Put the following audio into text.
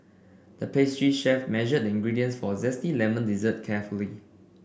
the pastry chef measured the ingredients for a zesty lemon dessert carefully